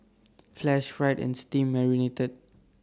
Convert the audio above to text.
flash fried and steam marinated